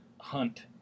hunt